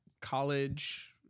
college